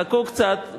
חכו קצת,